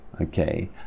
okay